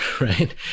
right